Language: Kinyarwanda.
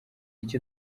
icyo